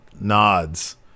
nods